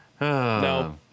No